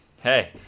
hey